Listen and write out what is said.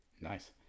Nice